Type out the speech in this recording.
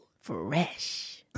Fresh